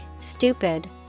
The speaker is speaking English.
stupid